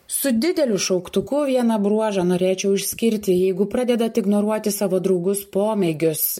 su dideliu šauktuku vieną bruožą norėčiau išskirti jeigu pradedat ignoruoti savo draugus pomėgius